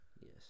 Yes